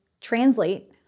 translate